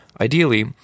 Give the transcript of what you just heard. ideally